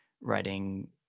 writing